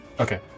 Okay